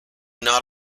not